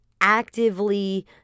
actively